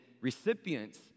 recipients